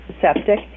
septic